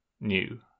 new